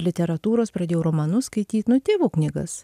literatūros pradėjau romanus skaityt nu tėvų knygas